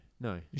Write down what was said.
No